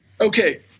Okay